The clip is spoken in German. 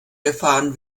gefahren